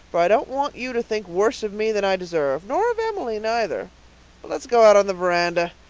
for i don't want you to think worse of me than i deserve. nor of emily neither. but let's go out on the veranda.